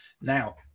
Now